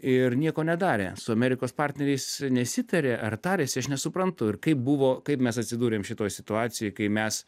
ir nieko nedarė su amerikos partneriais nesitarė ar tarėsi aš nesuprantu ir kaip buvo kaip mes atsidūrėm šitoj situacijoj kai mes